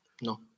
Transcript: No